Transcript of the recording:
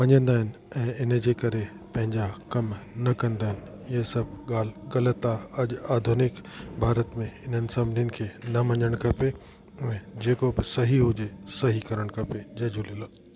मञंदा आहिनि ऐं इन जे करे पंहिंजा कम न कंदा आहिनि इहे सभु ॻाल्हि ग़लति आहे अॼु आधुनिक भारत में हिननि सभिनीनि खे न मञणु खपे ऐं जेको बि सही हुजे सही करणु खपे जय झूलेलाल